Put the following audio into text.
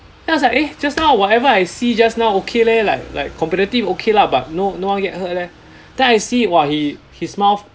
then I was like eh just now whatever I see just now okay leh like like competitive okay lah but no no one get hurt leh then I see !wah! he his mouth